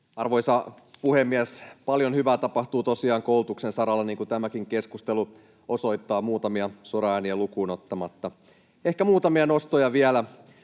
Arvoisa puhemies! Paljon hyvää tapahtuu tosiaan koulutuksen saralla, niin kuin tämäkin keskustelu osoittaa, muutamia soraääniä lukuun ottamatta. Ehkä muutamia nostoja vielä: